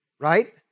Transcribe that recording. right